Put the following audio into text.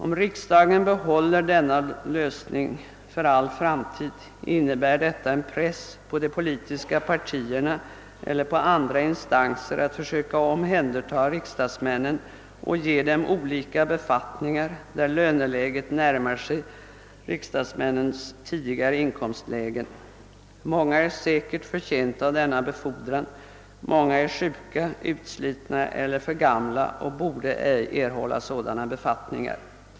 Om riksdagen behåller denna lösning för all framtid, innebär detta en press på de politiska partierna eller på andra instanser att försöka omhänderta riksdagsmännen och ge dem olika befattningar, vilkas löneläge närmar sig deras tidigare inkomster. Många är säkerligen förtjänta av denna befordran, men många är sjuka, utslitna eller för gamla och borde ej erhålla sådana befattningar.